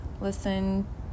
listen